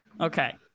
Okay